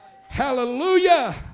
Hallelujah